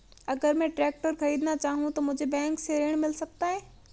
अगर मैं ट्रैक्टर खरीदना चाहूं तो मुझे बैंक से ऋण मिल सकता है?